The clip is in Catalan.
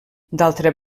d’altra